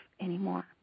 anymore